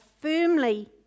firmly